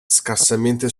scarsamente